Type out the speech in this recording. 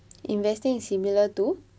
investing is similar to